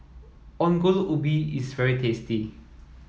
Ongol Ubi is very tasty